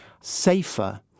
safer